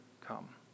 come